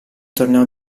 torneo